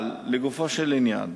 אבל לגופו של עניין,